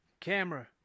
camera